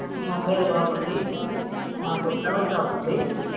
మా పేరు బాబు అండి మాకు ఫ్లవర్స్ షాప్ ఉంది